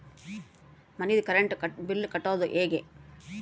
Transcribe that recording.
ಮನಿದು current bill ಕಟ್ಟೊದು ಹೇಗೆ?